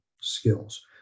skills